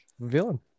villain